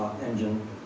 engine